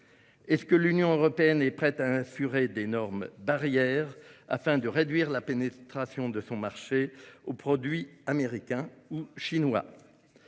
? L'Union européenne est-elle prête à instaurer des normes barrières afin de réduire la pénétration de son marché par les produits américains ou chinois ?